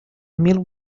mil